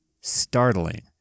startling